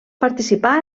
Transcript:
participà